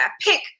Pick